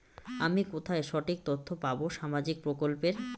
আমি কোথায় সঠিক তথ্য পাবো সামাজিক প্রকল্পের?